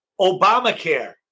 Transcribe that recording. Obamacare